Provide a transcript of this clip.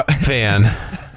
fan